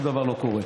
שום דבר לא קורה.